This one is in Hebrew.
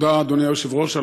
אדוני היושב-ראש,